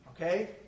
Okay